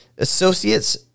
Associates